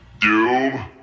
Doom